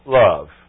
love